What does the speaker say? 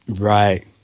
Right